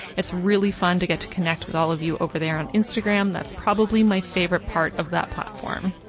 it's really fun to get to connect with all of you over there on instagram that's probably my favorite part of that platform.